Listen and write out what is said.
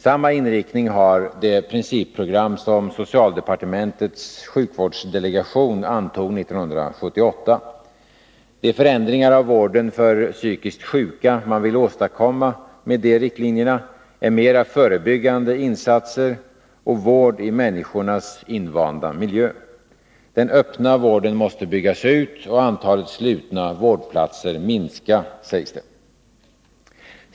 Samma inriktning har det principprogram som socialdepartementets sjukvårdsdelegation antog 1978. De förändringar av vården för psykiskt sjuka som man vill åstadkomma med dessa riktlinjer är mera förebyggande insatser och vård i människornas invanda miljö. Den öppna vården måste byggas ut och antalet slutna vårdplatser minska, sägs det.